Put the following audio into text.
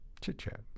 chit-chat